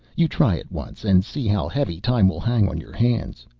you try it once, and see how heavy time will hang on your hands.